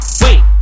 wait